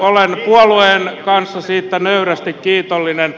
olen puolueen kanssa siitä nöyrästi kiitollinen